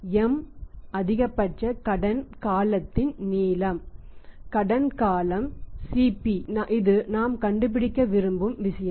M அதிகபட்ச கடன் காலத்தின் நீளம் கடன் காலம் இது நாம் கண்டுபிடிக்க விரும்பும் விஷயம்